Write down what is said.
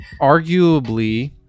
arguably